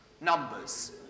numbers